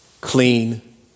clean